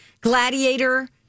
Gladiator